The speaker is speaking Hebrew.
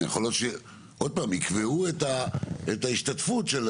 יקבעו את ההשתתפות.